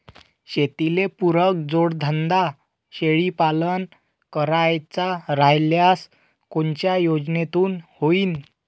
शेतीले पुरक जोडधंदा शेळीपालन करायचा राह्यल्यास कोनच्या योजनेतून होईन?